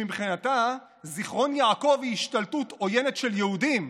שמבחינתה זיכרון יעקב היא השתלטות עוינת של יהודים,